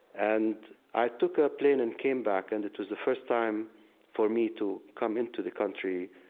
and i took a plane and came back and it was the first time for me to come into the country,